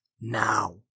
now